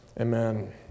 Amen